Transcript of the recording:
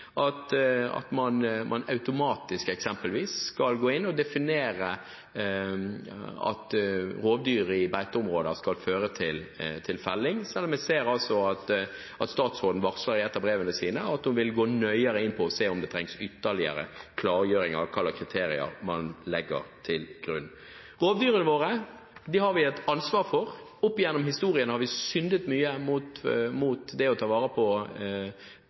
for at man automatisk, eksempelvis, skal gå inn og definere at rovdyr i beiteområder skal føre til felling, selv om jeg ser at statsråden i et av brevene sine varsler at hun vil gå nøyere inn og se om det trengs ytterligere klargjøring av hvilke kriterier man legger til grunn. Rovdyrene våre har vi et ansvar for. Opp gjennom historien har vi syndet mye mot det å ta vare på